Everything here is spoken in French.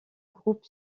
groupe